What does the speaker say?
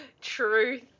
Truth